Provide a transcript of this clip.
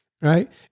right